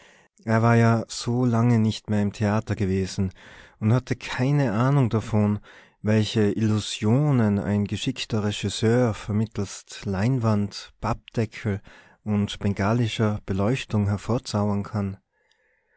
er war ja so lange nicht mehr im theater gewesen und hatte keine ahnung davon welche illusionen ein geschickter regisseur vermittelst leinwand pappdeckel und bengalischer beleuchtung hervorzaubern kann